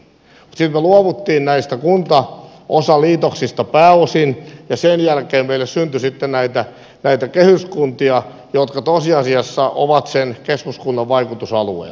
mutta sitten me luovuttiin näistä kuntaosaliitoksista pääosin ja sen jälkeen meille syntyi sitten näitä kehyskuntia jotka tosiasiassa ovat sen keskuskunnan vaikutusalueella